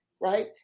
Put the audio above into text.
Right